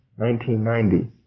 1990